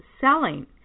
selling